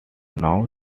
known